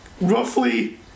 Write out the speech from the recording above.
roughly